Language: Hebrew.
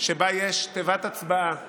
שבה יש תיבת הצבעה